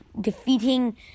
defeating